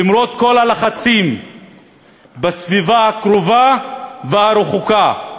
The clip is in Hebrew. למרות כל הלחצים בסביבה הקרובה והרחוקה,